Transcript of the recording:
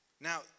Now